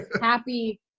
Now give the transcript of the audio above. happy